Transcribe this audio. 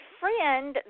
friend